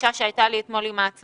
מפגישה שהייתה לי אתמול עם העצמאיים,